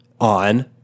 on